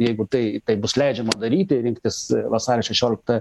jeigu tai taip bus leidžiama daryti rinktis vasario šešioliktąją